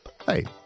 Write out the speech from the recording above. Hey